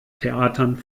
theatern